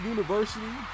University